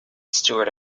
stewart